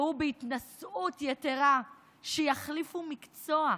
והוא בהתנשאות יתרה: שיחליפו מקצוע,